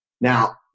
Now